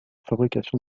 fabrication